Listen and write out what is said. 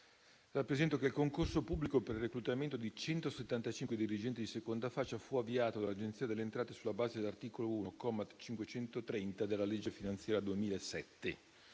il concorso pubblico per il reclutamento di 175 dirigenti di seconda fascia fu avviato dall'Agenzia delle entrate sulla base dell'articolo 1, comma 530, della legge finanziaria 2007.